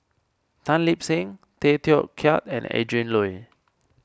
Tan Lip Seng Tay Teow Kiat and Adrin Loi